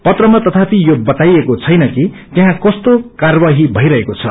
पत्रमा तथापि यो बताइएको छैन कि त्यहाँ कस्तो कार्यवाही भइरहेको छ